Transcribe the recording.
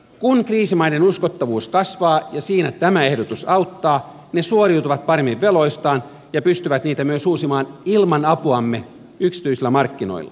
kun kriisimaiden uskottavuus kasvaa ja siinä tämä ehdotus auttaa ne suoriutuvat paremmin veloistaan ja pystyvät niitä myös uusimaan ilman apuamme yksityisillä markkinoilla